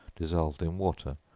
dissolved in water,